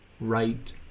right